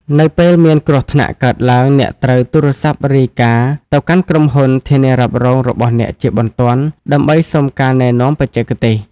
នៅពេលមានគ្រោះថ្នាក់កើតឡើង អ្នកត្រូវ ទូរស័ព្ទរាយការណ៍ ទៅកាន់ក្រុមហ៊ុនធានារ៉ាប់រងរបស់អ្នកជាបន្ទាន់ ដើម្បីសុំការណែនាំបច្ចេកទេស។